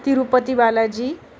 Tirupati Balaji